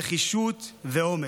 נחישות ואומץ,